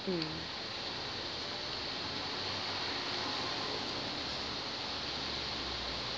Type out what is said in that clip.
mm